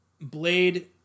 Blade